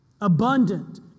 Abundant